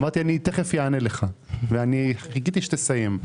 אמרתי שאני תיכף אענה לך וחיכיתי שתסיים.